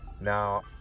Now